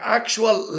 actual